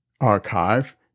archive